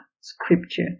scripture